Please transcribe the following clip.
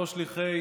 לא שליחי